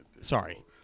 Sorry